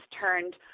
turned